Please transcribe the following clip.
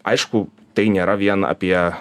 aišku tai nėra vien apie